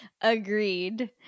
Agreed